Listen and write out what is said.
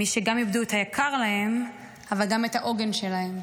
מי שגם איבדו את היקר להם, אבל גם את העוגן שלהם.